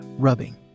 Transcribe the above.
rubbing